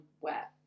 wet